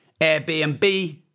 Airbnb